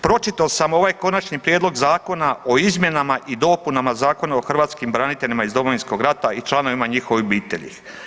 Pročitao sam ovaj Konačni prijedlog zakona o izmjenama i dopunama Zakona o hrvatskim braniteljima iz Domovinskog rata i članovima njihove obitelji.